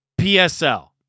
PSL